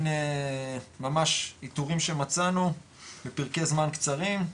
הנה ממש איתורים שמצאנו בפרקי זמן קצרים,